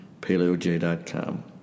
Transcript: paleoj.com